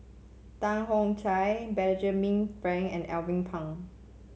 Tan Benjamin Frank and Alvin Pang